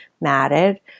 matted